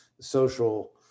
social